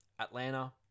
atlanta